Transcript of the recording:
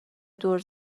دور